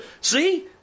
see